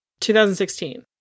2016